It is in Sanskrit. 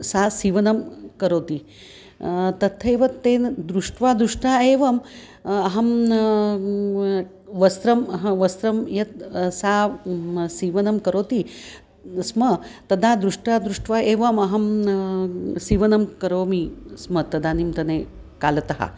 सा सीवनं करोति तथैव तेन दृष्ट्वा दृष्ट्वा एव अहं वस्त्रम् अहं वस्त्रं यत् सा सीवनं करोति स्म तदा दृष्टा दृष्ट्वा एवाहं सीवनं करोमि स्म तदानींतनकालतः